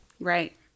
Right